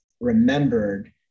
remembered